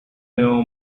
know